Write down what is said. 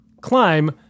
climb